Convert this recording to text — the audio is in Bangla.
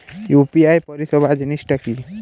ইউ.পি.আই পরিসেবা জিনিসটা কি?